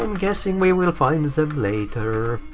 um guessing we will find them later.